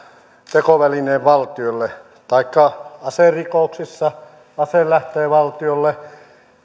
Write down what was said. tekovälineen valtiolle taikka aserikoksissa ase lähtee valtiolle